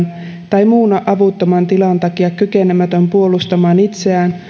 tai muun avuttoman tilan takia kykenemätön puolustamaan itseään